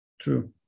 True